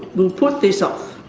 we'll put this off.